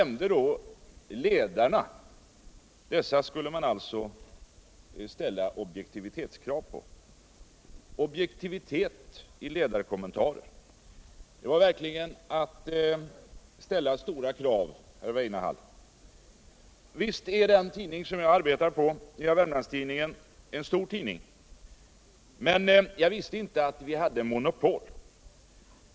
Man skulle ställa krav på objektivitet i ledarspalterna. Obiektivitet i ledarkommentarerna! Det är verkligen att ställa stora krav. herr Weinehall. Visst är den tidning som jag arbetar på, Nvåa Wermlands Tidningen, en stor udning. men jag visste inte att vi hade monopol.